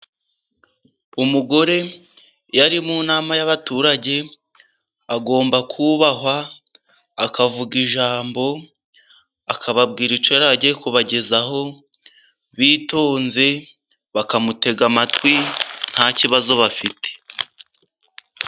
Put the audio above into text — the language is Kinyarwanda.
Umugore iyo ari mu nama y'abaturage agomba kubahwa, akavuga ijambo, akababwira icyo yari agiye kubagezaho, bitonze, bakamutega amatwi, nta kibazo bafite.